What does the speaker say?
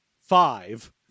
five